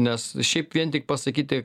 nes šiaip vien tik pasakyti